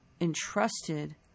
entrusted